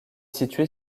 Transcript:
située